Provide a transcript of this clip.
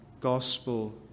gospel